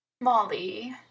molly